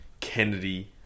Kennedy